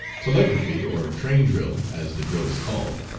telegraphy, or train drill, as the drill is called,